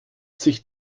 sich